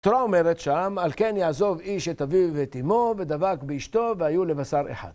התורה אומרת שם, על כן יעזוב איש את אביו ואת אמו ודבק באשתו והיו לבשר אחד.